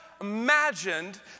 imagined